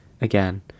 again